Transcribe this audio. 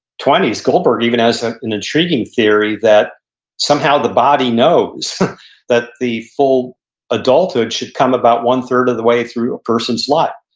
goldberg even has ah an intriguing theory that somehow the body knows that the full adulthood should come about one-third of the way through a person's life,